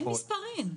אין מספרים.